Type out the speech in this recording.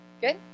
Good